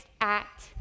act